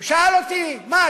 הוא שאל אותי: מה,